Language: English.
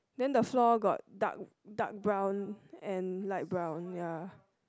then the floor got dark dark brown and light brown ya